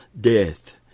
death